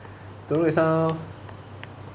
don't know it's some